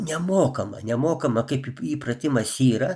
nemokama nemokama kaip ip p įpratimas yra